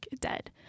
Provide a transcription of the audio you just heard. dead